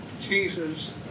Jesus